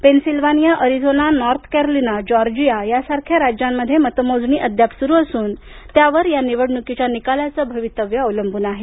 Pennsylvania Arizona North Carolina Georgia यासारख्या राज्यांमध्ये मतमोजणी अद्याप सुरु असून त्यावर या निवडणुकीच्या निकालाचं भवितव्य आहे